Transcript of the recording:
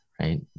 right